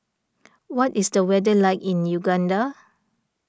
what is the weather like in Uganda